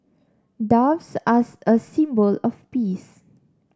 doves as a symbol of peace